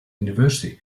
university